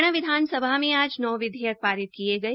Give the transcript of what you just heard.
हरियाणा विधानसभा में आज नौ विधेयक पारित किये गये